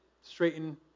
straighten